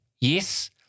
yes